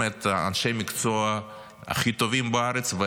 אלה באמת אנשי המקצוע הכי טובים בארץ.